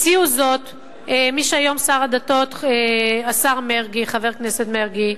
הציע זאת מי שהיום שר הדתות, חבר הכנסת מרגי,